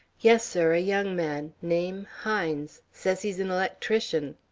yes, sir a young man name, hines. says he's an electrician.